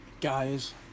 Guys